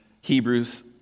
Hebrews